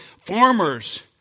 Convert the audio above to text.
farmers